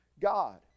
God